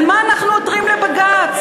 על מה אנחנו עותרים לבג"ץ?